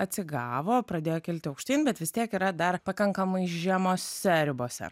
atsigavo pradėjo kilti aukštyn bet vis tiek yra dar pakankamai žemose ribose